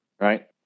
right